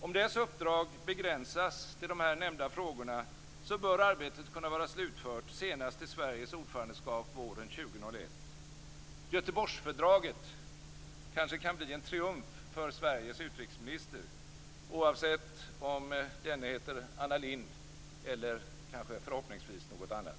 Om dess uppdrag begränsas till nyss nämnda frågor bör arbetet kunna vara slutfört senast till Sveriges ordförandeskap våren 2001. Göteborgsfördraget kanske kan bli en triumf för Sveriges utrikesminister oavsett om denna heter Anna Lindh eller - förhoppningsvis kanske - något annat.